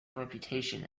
reputation